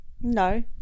No